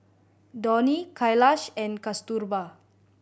Dhoni Kailash and Kasturba